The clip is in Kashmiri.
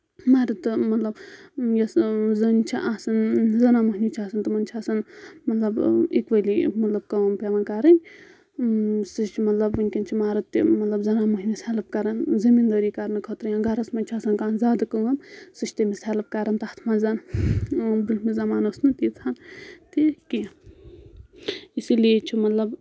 مرٕد مطلب یۄس زٔنۍ چھِ آسان زنان مۄہنیو چھِ آسان تِمَن چھِ آسان مطلب اِکؤلی مطلب کٲم پؠوان کَرٕنۍ سُہ چھِ مطلب وٕنکیٚن چھُ مَرٕد تہِ مطلب زَنان مۄہنوَس ہیٚلٕپ کَران زٔمیٖندٲری کَرنہٕ خٲطرٕ یا گَرَس منٛز چھِ آسان کانٛہہ زیادٕ کٲم سُہ چھِ تٔمِس ہیٚلٕپ کَران تَتھ منٛز بہٕ مہِ زَمانہٕ ٲس نہٕ تیٖژاہ تہِ کینٛہہ اسی لیے چھُ مطلب